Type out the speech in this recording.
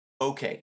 okay